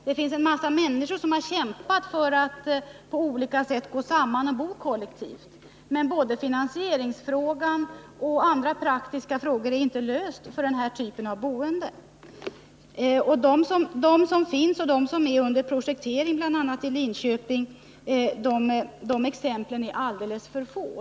Det finns en massa människor som har kämpat för att på olika sätt gå samman och bo kollektivt, men varken finansieringsfrågan eller andra praktiska frågor har lösts för den här typen av boende. De kollektivhus som finns och de som är under projektering, bl.a. i Linköping, är alldeles för få.